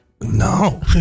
No